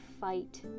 fight